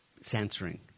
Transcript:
censoring